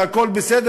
והכול בסדר,